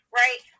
right